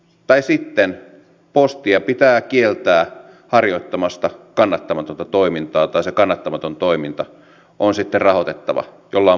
tai sitten postia pitää kieltää harjoittamasta kannattamatonta toimintaa tai se kannattamaton toiminta on sitten rahoitettava jollain muulla tavalla